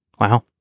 Wow